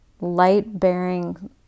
light-bearing